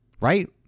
Right